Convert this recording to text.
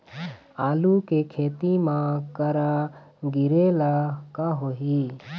आलू के खेती म करा गिरेले का होही?